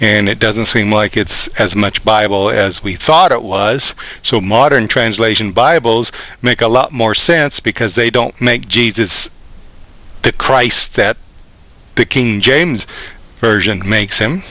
and it doesn't seem like it's as much bible as we thought it was so modern translation bibles make a lot more sense because they don't make jesus the christ that the king james version makes him